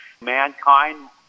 Mankind